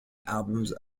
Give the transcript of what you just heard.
albums